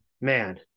man